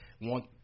Want